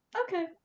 Okay